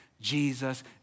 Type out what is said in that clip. Jesus